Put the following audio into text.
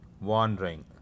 wandering